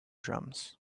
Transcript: drums